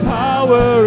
power